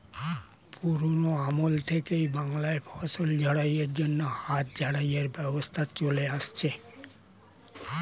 পুরোনো আমল থেকেই বাংলায় ফসল ঝাড়াই এর জন্য হাত ঝাড়াই এর ব্যবস্থা চলে আসছে